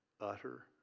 utter